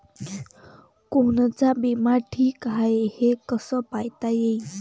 कोनचा बिमा ठीक हाय, हे कस पायता येईन?